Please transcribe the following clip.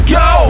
go